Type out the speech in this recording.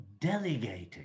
delegating